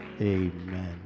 Amen